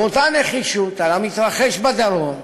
באותה נחישות על המתרחש בדרום,